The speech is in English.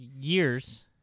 years